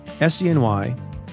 SDNY